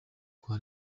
kwa